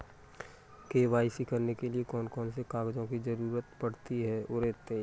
KYC करने के लिए कौन कौन से कागजों की जरूरत होती है?